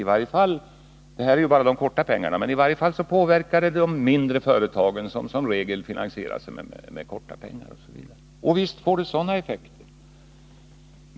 Det här gäller ju bara de korta pengarna, men det påverkar i varje fall de mindre företagen, som i regel finansierar sin verksamhet med korta pengar. Visst får en räntesänkning sådana effekter!